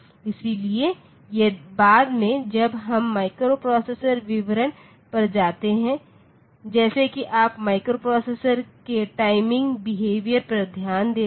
इसलिए बाद में जब हम माइक्रोप्रोसेसर विवरण पर जाते हैं जैसे कि आप माइक्रोप्रोसेसर के टाइमिंग बेहेवियर पर ध्यान देते हैं